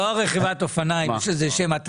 לא על רכיבת אופניים, יש לך שם.